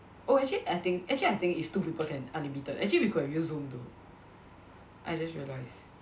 oh actually I think actually I think if two people can unlimited actually we could have used Zoom though I just realised